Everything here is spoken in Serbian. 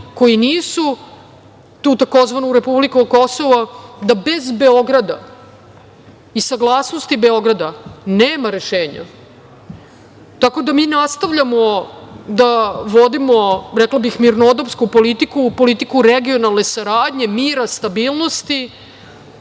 koji nisu, tu tzv. republiku Kosovo, da bez Beograda, i saglasnosti Beograda, nema rešenja. Tako da, mi nastavljamo da vodimo, rekla bih, mirnodopsku politiku regionalne saradnje, mira, stabilnosti,